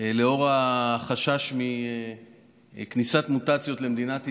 לאור החשש מכניסת מוטציות למדינת ישראל,